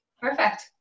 Perfect